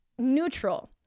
neutral